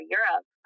Europe